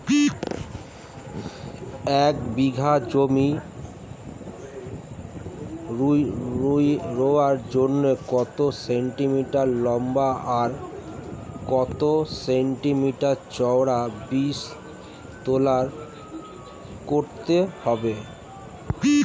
এক বিঘা জমি রোয়ার জন্য কত সেন্টিমিটার লম্বা আর কত সেন্টিমিটার চওড়া বীজতলা করতে হবে?